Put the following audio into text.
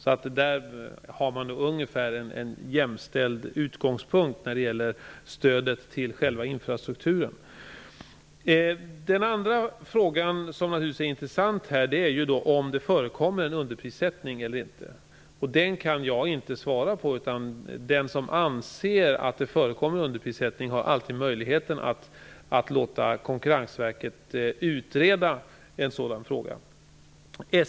Man har en ungefär jämställd utgångspunkt när det gäller stödet till själva infrastrukturen. Den andra frågan, som naturligtvis är intressant, är om det förekommer en underprissättning eller inte. Den frågan kan jag inte svara på. Den som anser att det förekommer underprissättning har alltid möjligheten att låta Konkurrensverket utreda en sådan fråga.